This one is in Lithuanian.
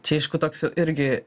čia aišku toks jau irgi